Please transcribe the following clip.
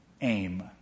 aim